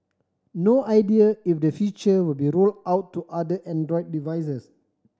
no idea if the feature will be roll out to other Android devices